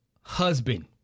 husband